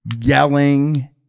yelling